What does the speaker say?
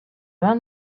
well